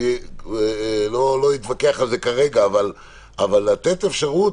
אני לא אתווכח על זה כרגע - אבל לתת אפשרות